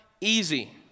easy